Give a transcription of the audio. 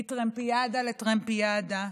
מטרמפיאדה לטרמפיאדה,